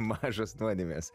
mažos nuodėmės